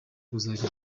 kuzagera